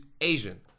Asian